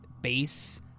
base